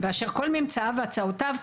ואשר כול ממצאיו והצעותיו,